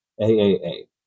A-A-A